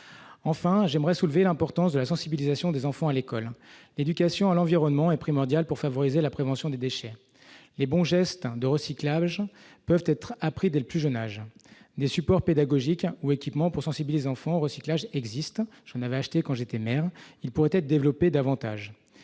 enfin j'aimerais soulever l'importance de la sensibilisation des enfants à l'école, l'éducation à l'environnement est primordial pour favoriser la prévention des déchets : les bons gestes de recyclage peuvent être appris dès le plus jeune âge, des supports pédagogiques ou équipements pour sensibiliser enfants recyclage existe, j'en avais acheté quand j'étais maire, il pourrait être développé davantage